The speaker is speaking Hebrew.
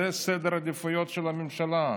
זה סדר העדיפויות של הממשלה,